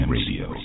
Radio